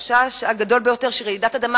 החשש הגדול ביותר הוא שרעידת אדמה